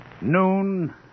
Noon